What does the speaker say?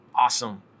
awesome